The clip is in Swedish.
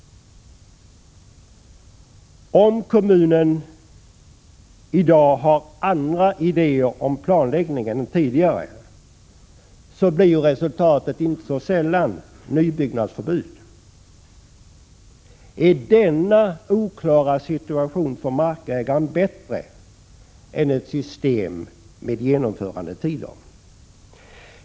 Om kommunen får andra idéer om planläggningen än tidigare blir resultatet inte så sällan nybyggnadsförbud. Är denna för markägaren oklara situation bättre än ett system med genomförandetider?